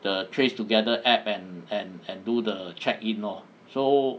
the trace together app and and and do the check in lor so